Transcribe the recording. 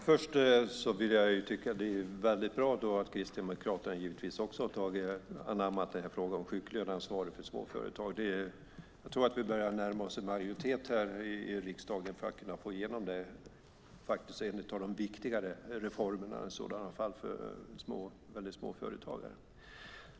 Herr talman! Först tycker jag givetvis att det är väldigt bra att Kristdemokraterna också har anammat det vi säger om sjuklöneansvaret för småföretag. Jag tror att vi börjar närma oss en majoritet i riksdagen för att kunna få igenom detta. Det är i sådana fall en av de viktigare reformerna för väldigt små företag.